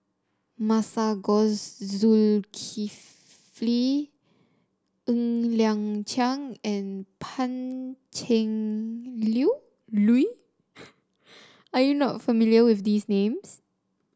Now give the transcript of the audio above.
Masagos Zulkifli Ng Liang Chiang and Pan Cheng Lui are you not familiar with these names